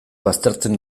baztertzen